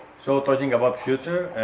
so talking about future